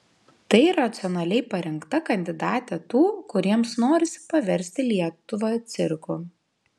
tai racionaliai parinkta kandidatė tų kuriems norisi paversti lietuvą cirku